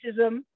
racism